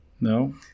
No